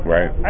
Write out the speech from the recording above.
Right